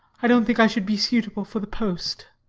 i don't think i should be suitable for the post.